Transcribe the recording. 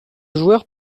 joueur